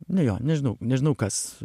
nu jo nežinau nežinau kas